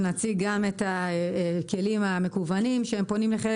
נציג גם את הכלים המקוונים שפונים לחלק